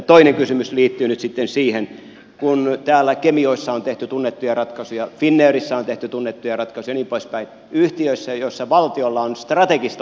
toinen kysymys liittyy nyt sitten siihen kun kemijoessa on tehty tunnettuja ratkaisuja finnairissa on tehty tunnettuja ratkaisuja ja niin poispäin yhtiöissä joissa valtiolla on strategista omistusta